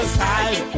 side